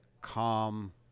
calm